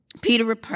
Peter